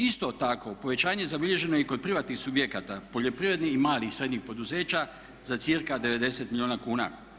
Isto tako, povećanje zabilježeno je i kod privatnih subjekata, poljoprivrednih i malih i srednjih poduzeća za cirka 90 milijuna kuna.